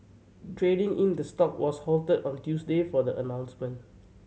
trading in the stock was halted on Tuesday for the announcements